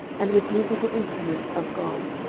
and with musical instruments of god.